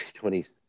20's